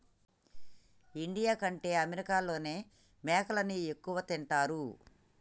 India కంటే అమెరికాలోనే మేకలని ఎక్కువ తింటారు